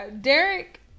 Derek